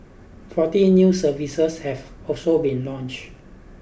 forty new services have also been launched